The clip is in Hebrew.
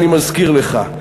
אני מזכיר לך.